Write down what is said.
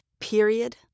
period